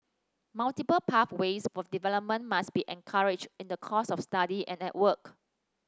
multiple pathways for development must be encouraged in the course of study and at work